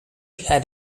had